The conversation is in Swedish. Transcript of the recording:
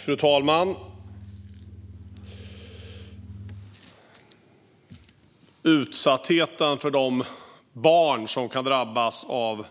Fru talman! Utsattheten för de barn som drabbas av